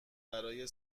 برای